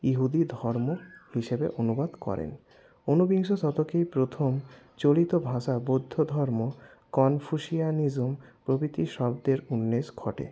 ইহুদি ধর্ম হিসেবে অনুবাদ করেন উনবিংশ শতকের প্রথম চলিত ভাষা বৌদ্ধধর্ম কনফুসিয়ানিজম প্রভৃতি শব্দের উন্মেষ ঘটে